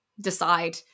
decide